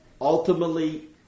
ultimately